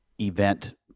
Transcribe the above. event